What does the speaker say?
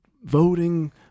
voting